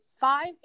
five